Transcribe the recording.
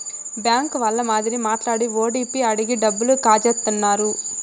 bank వాళ్ళ మాదిరి మాట్లాడి ఓటీపీ అడిగి డబ్బులు కాజేత్తన్నారు